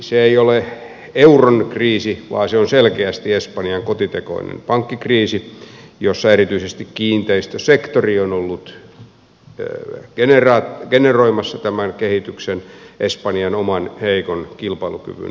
se ei ole euron kriisi vaan se on selkeästi espanjan kotitekoinen pankkikriisi jossa erityisesti kiinteistösektori on ollut generoimassa tämän kehityksen espanjan oman heikon kilpailukyvyn lisäksi